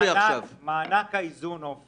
מענק האיזון הוא